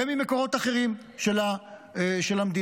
וממקורות אחרים של המדינה.